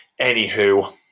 Anywho